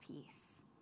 peace